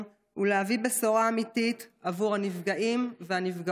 ולהביא בשורה אמיתית עבור הנפגעים והנפגעות.